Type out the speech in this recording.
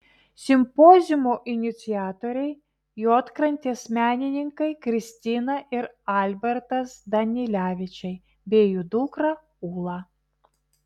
simpoziumo iniciatoriai juodkrantės menininkai kristina ir albertas danilevičiai bei jų dukra ula